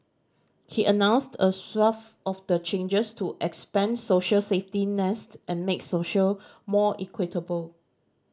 he announced a swathe of the changes to expand social safety nets and make social more equitable